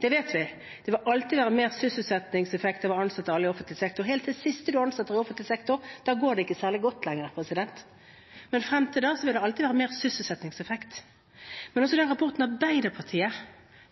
helt til den siste man ansetter i offentlig sektor – da går det ikke særlig godt lenger. Men frem til da vil det alltid være en bedre sysselsettingseffekt. Men også de rapportene Arbeiderpartiet